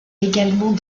également